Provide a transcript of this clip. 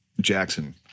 Jackson